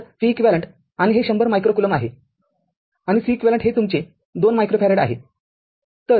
तर v eq आणि हे १०० मायक्रो कुलोम आहे आणि Ceq हे तुमचे २ मायक्रोफॅरेड आहे